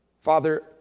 Father